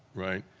right,